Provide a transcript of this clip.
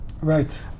Right